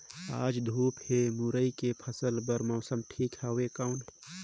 आज धूप हे मुरई के फसल बार मौसम ठीक हवय कौन?